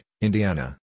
Indiana